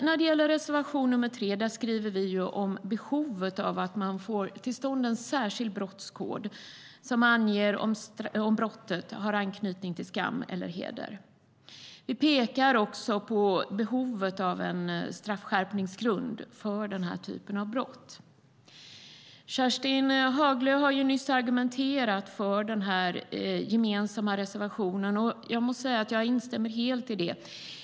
I reservation nr 2 skriver vi om behovet av att man får till stånd en särskild brottskod som anger om brottet har anknytning till skam eller heder. Vi pekar också på behovet av en straffskärpningsgrund för denna typ av brott. Kerstin Haglö argumenterade för den gemensamma reservationen, och jag instämmer helt i det hon sade.